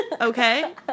Okay